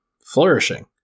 flourishing